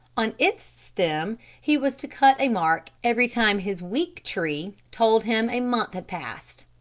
on its stem he was to cut a mark every time his week tree told him a month had passed.